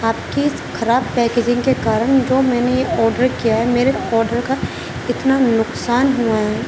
آپ کی اس خراب پیکجنگ کے کارن جو میں نے آڈر کیا ہے میرے آڈر کا اتنا نقصان ہوا ہے